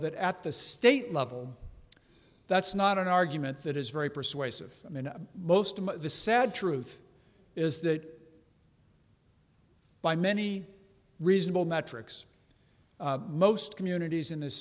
that at the state level that's not an argument that is very persuasive i mean most of the sad truth is that by many reasonable metrics most communities in this